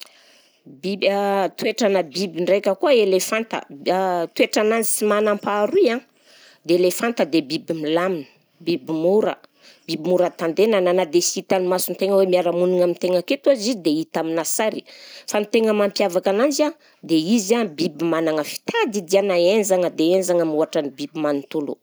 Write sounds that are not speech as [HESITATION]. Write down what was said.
Bib- [HESITATION] toetranà biby ndraika koa elefanta [HESITATION] toetrananjy sy manam-paharoy an: ny elefanta de biby milamina, biby mora, biby mora tandenana na dia sy hitan'ny mason-tegna hoe miara-monina amin-tegna aketo aza izy de hita amina sary fa ny tegna mampiavaka ananjy an dia izy an biby magnana fitadidiàna henzagna dia henzagna mihoatra ny biby manontolo.